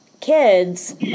kids